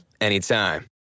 anytime